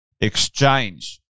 exchange